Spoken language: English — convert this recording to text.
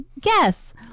guess